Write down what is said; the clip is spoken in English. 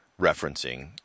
referencing